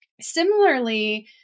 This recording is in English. similarly